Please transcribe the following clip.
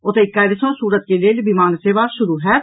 ओतहि काल्हि सँ सूरत के लेल विमान सेवा शुरू होयत